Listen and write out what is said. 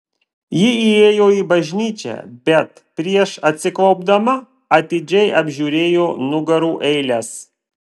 ji įėjo į bažnyčią bet prieš atsiklaupdama atidžiai apžiūrėjo nugarų eiles